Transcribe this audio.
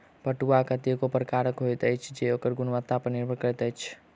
पटुआ कतेको प्रकारक होइत अछि जे ओकर गुणवत्ता पर निर्भर करैत अछि